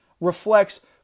reflects